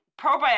probiotics